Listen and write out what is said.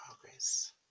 progress